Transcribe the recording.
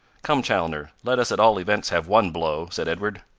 come, chaloner, let us at all events have one blow, said edward.